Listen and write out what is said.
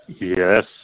Yes